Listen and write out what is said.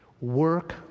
Work